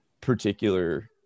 particular